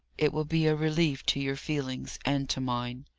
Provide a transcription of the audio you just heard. it will be a relief to your feelings and to mine.